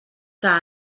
que